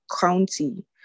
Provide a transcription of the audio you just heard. county